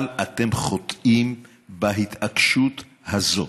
אבל אתם חוטאים בהתעקשות הזאת.